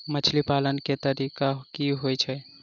मछली पालन केँ तरीका की होइत अछि?